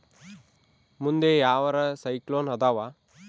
ಮುಂದೆ ಯಾವರ ಸೈಕ್ಲೋನ್ ಅದಾವ?